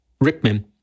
rickman